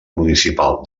municipal